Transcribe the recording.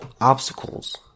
obstacles